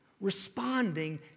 Responding